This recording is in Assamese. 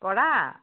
কৰা